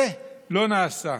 זה לא נעשה.